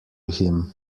him